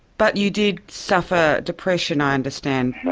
but you did suffer depression i understand. aye,